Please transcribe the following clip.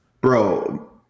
Bro